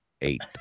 Eight